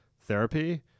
therapy